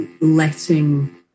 letting